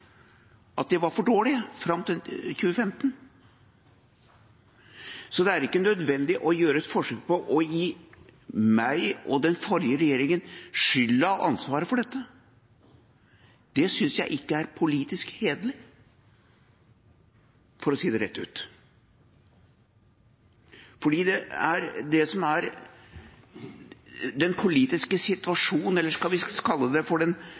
at de var for dårlige fram til 2015. Så det er ikke nødvendig å gjøre et forsøk på å gi meg og den forrige regjeringen skylda og ansvaret for dette. Det synes jeg ikke er politisk hederlig, for å si det rett ut. Det som er den politiske situasjonen, eller skal vi kalle det for